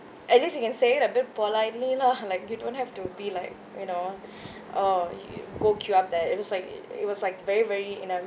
at least you can say it a bit politely lah like you don't have to be like you know oh you go queue up there it was like it was like very very you know